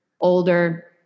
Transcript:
older